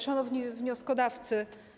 Szanowni Wnioskodawcy!